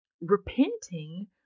repenting